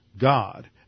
God